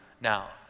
Now